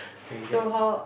can get or not